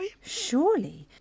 Surely